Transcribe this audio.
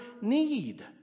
need